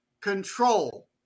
control